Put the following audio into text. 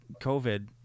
COVID